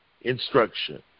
instruction